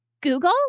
Google